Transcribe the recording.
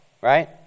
right